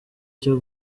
cyo